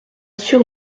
sûr